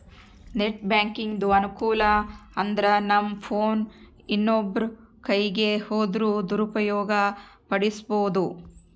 net ಬ್ಯಾಂಕಿಂಗಿಂದು ಅನಾನುಕೂಲ ಅಂದ್ರನಮ್ ಫೋನ್ ಇನ್ನೊಬ್ರ ಕೈಯಿಗ್ ಹೋದ್ರ ದುರುಪಯೋಗ ಪಡಿಸೆಂಬೋದು